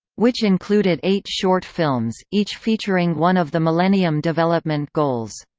which included eight short films, each featuring one of the millennium development goals.